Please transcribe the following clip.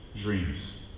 dreams